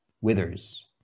withers